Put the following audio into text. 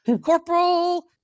Corporal